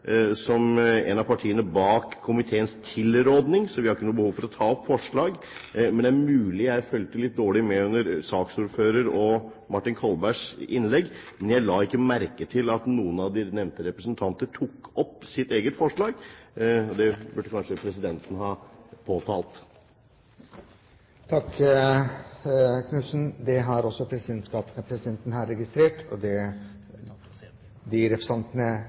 som et av partiene bak komiteens tilråding, så vi har ikke noe behov for å ta opp forslag. Det er mulig jeg fulgte litt dårlig med under saksordførerens og Martin Kolbergs innlegg, men jeg la ikke merke til at noen av de nevnte representanter tok opp sitt eget forslag. Det burde kanskje presidenten ha påtalt. Takk, Knudsen! Det har